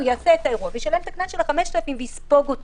הוא יעשה את האירוע וישלם קנס של 5,000 שקל ויספוג אותו.